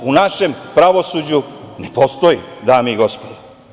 To u našem pravosuđu ne postoji, dame i gospodo?